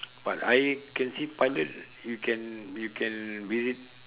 but I can see pilots you can you can visit